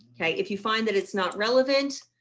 okay. if you find that it's not relevant.